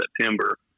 September